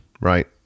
right